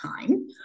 time